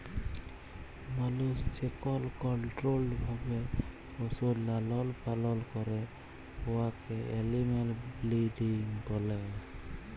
মালুস যেকল কলট্রোল্ড ভাবে পশুর লালল পালল ক্যরে উয়াকে এলিম্যাল ব্রিডিং ব্যলে